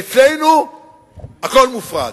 אצלנו הכול מופרט.